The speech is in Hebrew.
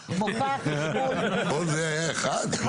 כול זה היה אחד?